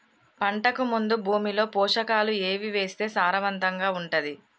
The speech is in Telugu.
పంటకు ముందు భూమిలో పోషకాలు ఏవి వేస్తే సారవంతంగా ఉంటది?